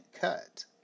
cut